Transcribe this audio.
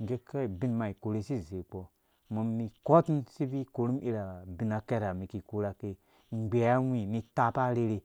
ngge kei ubin ma iki ikore usi izekpɔ umum mi ikɔ tum isi ibvui ikovu ira abin akɛrɛ ha umum iki ikora ake ingbɛyangwi ni ipapa arherhi